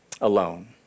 alone